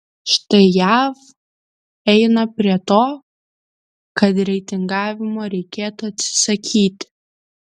štai jav eina prie to kad reitingavimo reikėtų atsisakyti